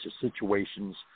situations